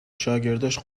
شاگرداش